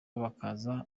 bakaza